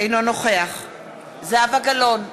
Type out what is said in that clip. אינו נוכח זהבה גלאון,